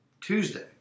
Tuesday